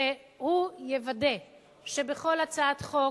שיוודא שבכל הצעת חוק